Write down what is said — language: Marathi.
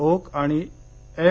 ओक आणि एम